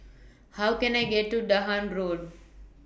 How Can I get to Dahan Road